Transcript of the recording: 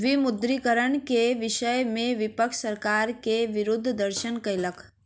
विमुद्रीकरण के विषय में विपक्ष सरकार के विरुद्ध प्रदर्शन कयलक